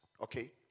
okay